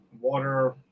water